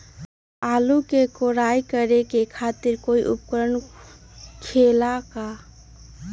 आलू के कोराई करे खातिर कोई उपकरण हो खेला का?